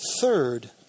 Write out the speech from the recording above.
third